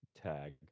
tag